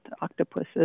octopuses